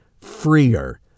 freer